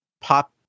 pop